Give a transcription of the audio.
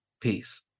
Peace